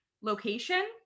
location